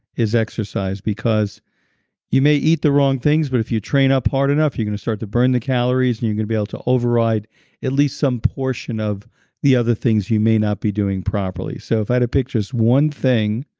is exercise, because you may eat the wrong things, but if you train up hard enough, you're going to start to burn the calories and you're going to be able to override at least some portion of the other things you may not be doing properly. so, if i had to pick just one thing,